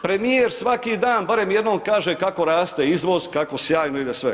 Premijer svaki dan barem jednom kaže kako raste izvoz, kako sjajno ide sve.